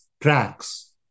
tracks